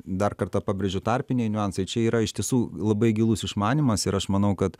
dar kartą pabrėžiu tarpiniai niuansai čia yra iš tiesų labai gilus išmanymas ir aš manau kad